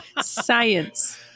Science